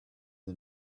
the